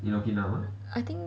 I think